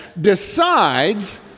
decides